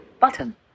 Button